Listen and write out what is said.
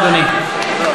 עם כל הכבוד.